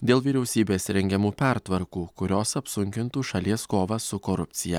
dėl vyriausybės rengiamų pertvarkų kurios apsunkintų šalies kovą su korupcija